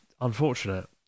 unfortunate